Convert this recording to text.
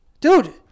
Dude